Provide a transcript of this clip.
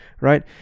right